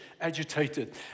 agitated